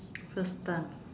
first time